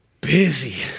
Busy